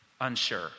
unsure